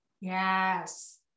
yes